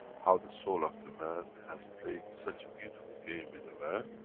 how the soul of the man has played such a beautiful game with the man,